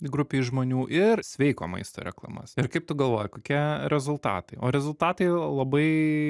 grupei žmonių ir sveiko maisto reklamas ir kaip tu galvoji kokie rezultatai o rezultatai labai